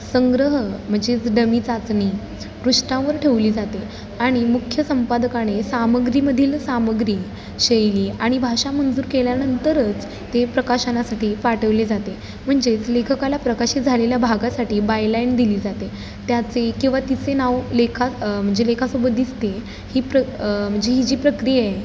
संग्रह म्हणजेच डमी चाचणी पृष्ठांवर ठेवली जाते आणि मुख्य संपादकाने सामग्रीमधील सामग्री शैली आणि भाषा मंजूर केल्यानंतरच ते प्रकाशनासाठी पाठवले जाते म्हणजेच लेखकाला प्रकाशित झालेल्या भागासाठी बायलाईन दिली जाते त्याचे किंवा तिचे नाव लेखा म्हणजे लेखासोबत दिसते ही प्र म्हणजे ही जी प्रक्रिया आहे